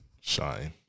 Shine